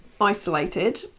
isolated